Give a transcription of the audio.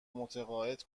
متقاعد